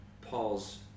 Paul's